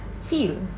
feel